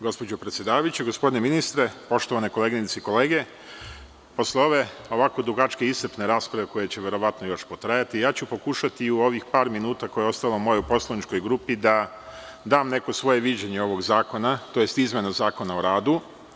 Gospođo predsedavajuća, gospodine ministre, poštovane koleginice i kolege, posle ove ovako dugačke i iscrpne rasprave koja će verovatno još potrajati, ja ću pokušati u ovih par minuta koja su ostala mojoj poslaničkoj grupi da dam neko svoje viđenje ovog zakona, tj. izmena Zakona o radu.